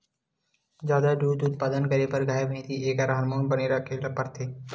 जादा दूद उत्पादन करे बर गाय, भइसी एखर हारमोन बने राखे ल परथे